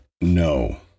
No